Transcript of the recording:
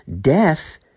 Death